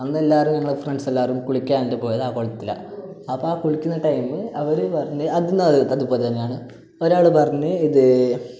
അന്നെല്ലാവരും ഞങ്ങൾ ഫ്രെണ്ട്സ്സെല്ലാരും കുളിക്കാണ്ട് പോയത് ആ കുളത്തിലാണ് അപ്പം ആ കുളിയ്ക്കുന്ന ടൈമ് അവർ പറഞ്ഞ് അതെന്നാൽ അതുപോലെ തന്നെയാണ് ഒരാൾ പറഞ്ഞ് ഇത്